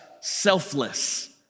selfless